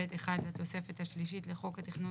ב') 1 לתוספת השלישית לחוק התכנון